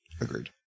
Agreed